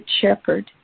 shepherd